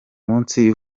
munsi